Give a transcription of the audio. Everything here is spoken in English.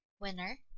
Winner